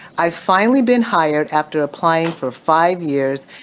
i've finally been hired after applying for five years,